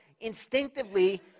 instinctively